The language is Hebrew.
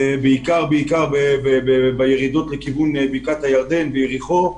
בעיקר בירידות לכיוון בקעת הירדן ויריחו,